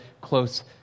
close